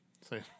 Say